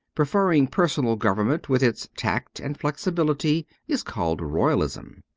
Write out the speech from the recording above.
pre ferring personal government, with its tact and flexibility, is called royalism,